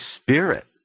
Spirit